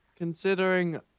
Considering